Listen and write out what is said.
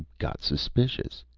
got suspicious.